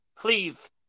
Please